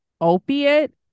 opiate